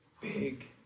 big